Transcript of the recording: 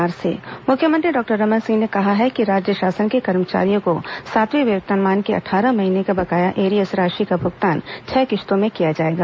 मुख्यमंत्री राजनांदगांव मुख्यमंत्री डॉक्टर रमन सिंह ने कहा है कि राज्य शासन के कर्मचारियों को सातवें वेतनमान के अट्ठारह महीने के बकाया एरियर्स राशि का भुगतान छह किश्तों में किया जाएगा